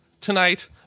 tonight